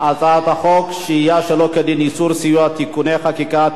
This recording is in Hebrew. והדלתות היו סגורות בפניהם.